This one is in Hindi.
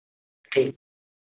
ठीक